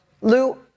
Lou